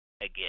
Again